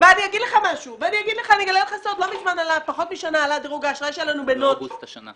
ואני אגלה לך סוד: לא מזמן עלה דירוג האשראי שלנו --- באוגוסט השנה.